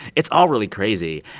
it's all really crazy.